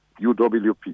UWP